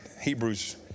Hebrews